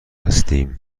هستیم